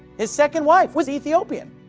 his second wife was ethiopian.